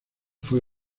fue